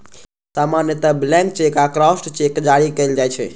सामान्यतः blank cheque आ crossed cheque जारी कैल जाइ छै